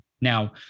Now